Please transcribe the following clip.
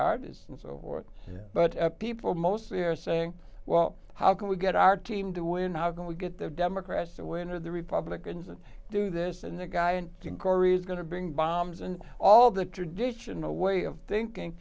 artists and so forth but people mostly are saying well how can we get our team to win how can we get the democrats to win or the republicans and do this and the guy in korea is going to bring bombs and all the traditional way of thinking